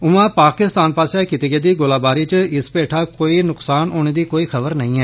उयां पाकिस्तान पास्सेआ कीती गेदी गोलाबारी च इत्त पेठा कोई नुक्सान होने दी कोई खबर नेई ऐ